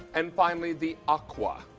and finally the aqua.